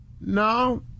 No